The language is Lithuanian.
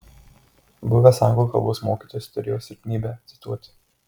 buvęs anglų kalbos mokytojas turėjo silpnybę cituoti